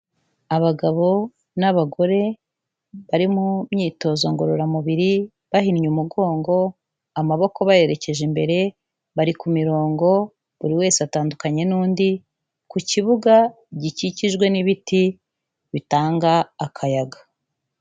Abagabo n'abagore bari mu myitozo ngororamubiri bahinnye umugongo, amaboko bayerekeje imbere, bari ku mirongo, buri wese atandukanye n'undi ku kibuga gikikijwe n'ibiti bitanga akayaga.